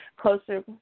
closer